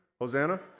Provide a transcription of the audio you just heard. Hosanna